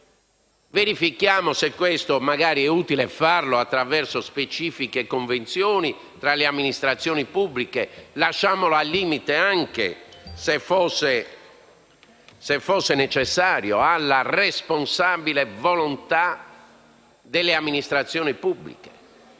verifichiamo se questo è utile farlo attraverso specifiche convenzioni tra le amministrazioni pubbliche o lasciamolo, al limite, se fosse necessario, alla responsabile volontà delle amministrazioni pubbliche.